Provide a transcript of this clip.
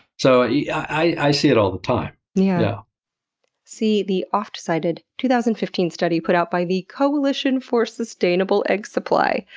so yeah i see it all the time. yeah see the oft-cited two thousand and fifteen study put out by the coalition for sustainable egg supply.